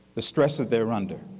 the stress that they're under.